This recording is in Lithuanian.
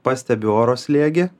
pastebiu oro slėgį